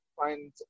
find